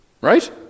Right